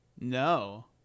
No